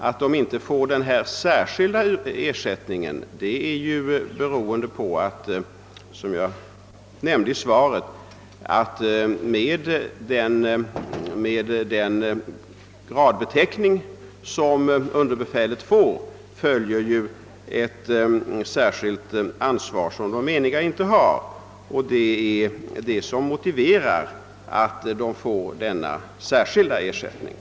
Att de inte får den särskilda ersättningen beror på, som jag nämnde i svaret, att det med den grad underbefälet er håller följer ett särskilt ansvar som de meniga inte har. Det är detta som motiverar den särskilda ersättningen.